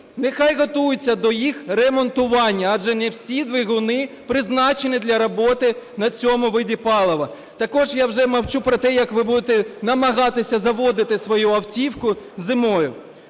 нехай готуються до їх ремонтування, адже не всі двигуни призначені для роботи на цьому виді палива. Також я вже мовчу про те, як ви будете намагатися заводити свою автівку зимою.